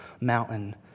mountain